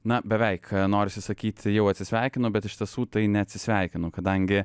na beveik norisi sakyti jau atsisveikinu bet iš tiesų tai neatsisveikinu kadangi